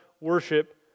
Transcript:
worship